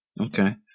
Okay